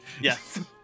Yes